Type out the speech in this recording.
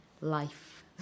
life